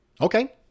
Okay